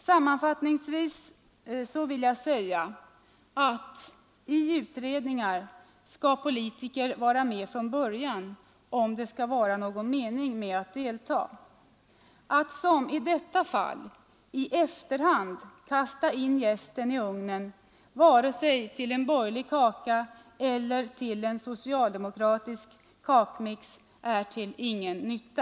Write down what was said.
Sammanfattningsvis vill jag säga att i utredningar skall politiker vara med från början, om det skall vara någon mening i att delta. Att som i detta fall i efterhand kasta in jästen i ugnen, oavsett om det gäller en borgerlig kaka eller en socialdemokratisk kakmix, är till ingen nytta.